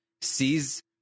sees